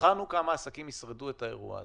המבחן הוא כמה עסקים ישרדו את האירוע הזה.